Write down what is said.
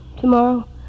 Tomorrow